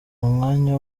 umwanya